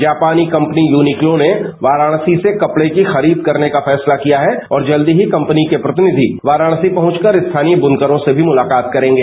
जायानी कपनी यूनीक्तो ने वाराणसी से कपड़े की खरीद करने का फैसला किया है और जल्दी ही कपनी के प्रतिनिधि वाराणसी प्रहुंचकर स्थानीय बुनकरों से भी मुलाकात करेंगे